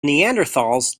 neanderthals